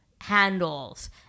handles